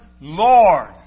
Lord